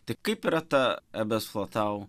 tik kaip yra ta ebesflotau